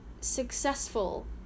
successful